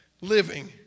Living